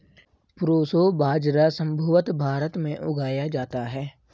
proso बाजरा संभवत भारत में उगाया जाता है